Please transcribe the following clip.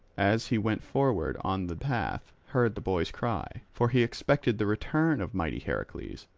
as he went forward on the path, heard the boy's cry, for he expected the return of mighty heracles.